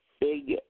big